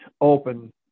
open